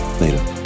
later